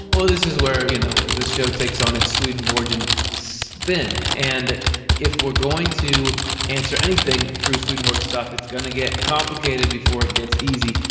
well, this is where, you know, the show takes on its swedenborgian spin. and if we're going to answer anything through swedenborg's stuff it's going to get complicated before it gets easy.